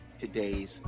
today's